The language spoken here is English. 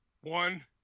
one